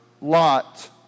lot